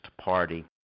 party